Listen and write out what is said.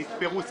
שההוראה הזו,